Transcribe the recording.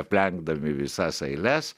aplenkdami visas eiles